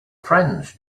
friends